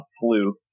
flu